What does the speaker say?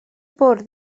bwrdd